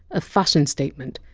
a fashion statement,